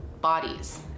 bodies